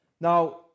Now